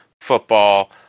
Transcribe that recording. football